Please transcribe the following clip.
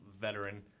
veteran